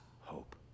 hope